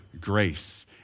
grace